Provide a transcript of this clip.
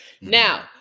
Now